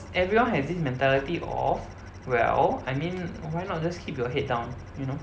everyone has the mentality of well I mean why not just keep your head down you know